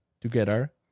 together